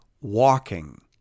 walking